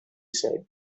said